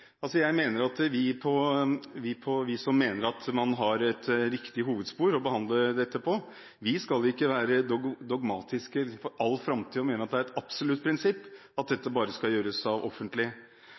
vi som mener man har et riktig hovedspor å behandle dette på, ikke for all framtid skal være dogmatiske og mene at det er et absolutt prinsipp at dette bare skal utføres av det